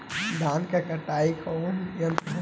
धान क कटाई कउना यंत्र से हो?